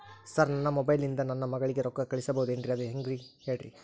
sir ನನ್ನ mobile ಇಂದ ನನ್ನ ಮಗಳಿಗೆ ರೊಕ್ಕಾ ಕಳಿಸಬಹುದೇನ್ರಿ ಅದು ಹೆಂಗ್ ಹೇಳ್ರಿ